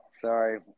Sorry